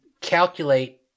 calculate